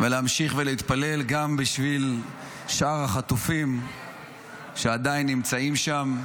להמשיך ולהתפלל גם בשביל שאר החטופים שעדיין נמצאים שם,